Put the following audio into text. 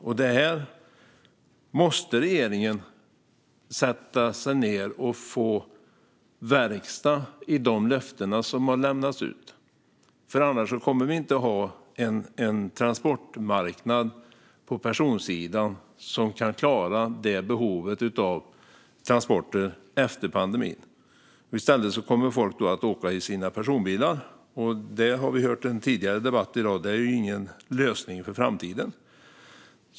Regeringen måste sätta sig ned och få verkstad i de löften som har givits. Annars kommer vi inte att ha en transportmarknad på personsidan som kan klara behovet av transporter efter pandemin. I stället kommer folk att åka i sina personbilar, och det är ingen lösning för framtiden, som vi hört i en tidigare debatt i dag.